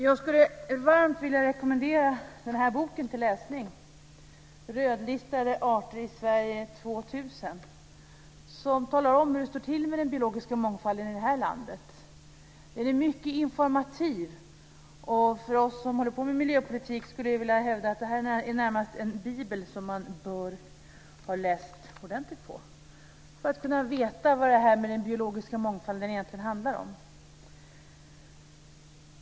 Jag skulle varmt vilja rekommendera en bok till läsning, Rödlistade arter i Sverige 2000. Den talar om hur det står till med den biologiska mångfalden i landet. Den är mycket informativ. För oss som håller på med miljöpolitik skulle jag vilja hävda att den närmast är en bibel som man bör ha läst ordentligt för att kunna veta vad den biologiska mångfalden egentligen handlar om.